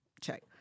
check